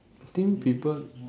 I think people